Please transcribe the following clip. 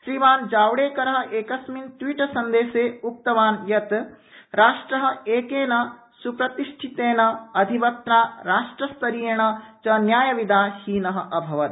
श्रीमन् जावड़ेकर एकस्मिन् ट्वीट संदेशे उक्तवान् यत् राष्ट्र एकेन स्प्रतिष्ठितेन अधिवक्त्रा राष्ट्रस्तरीयेण च न्यायविदा हीन अभवत्